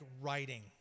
writing